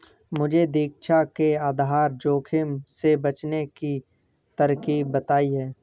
मुझे दीक्षा ने आधार जोखिम से बचने की तरकीब बताई है